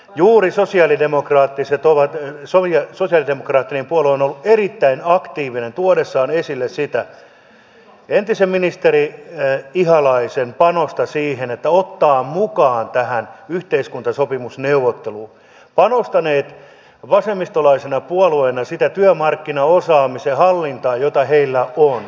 juuri sosialidemokraattinen puolue on ollut erittäin aktiivinen tuodessaan esille sitä entisen ministeri ihalaisen panosta siihen että ottaa mukaan tähän yhteiskuntasopimusneuvotteluun panostaneet vasemmistolaisena puolueena sitä työmarkkinaosaamisen hallintaa jota heillä on